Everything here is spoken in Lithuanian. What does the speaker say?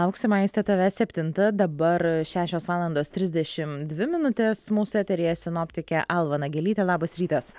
lauksim aistė tavęs septintą dabar šešios valandos trisdešimt dvi minutės mūsų eteryje sinoptikė alva nagelytė labas rytas